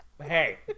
hey